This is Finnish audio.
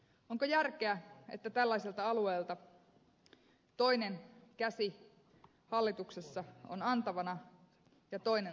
onko järkeä että tällaiselta alueelta toinen käsi hallituksessa on antavana ja toinen ottavana